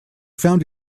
found